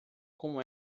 como